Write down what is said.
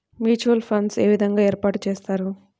Mutual funds ఏ విధంగా ఏర్పాటు చేస్తారు?